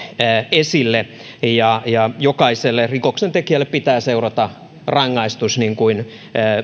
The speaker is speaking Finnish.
esille jokaiselle rikoksentekijälle pitää seurata rangaistus niin kuin